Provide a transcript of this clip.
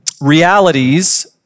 realities